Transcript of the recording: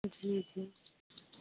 جی جی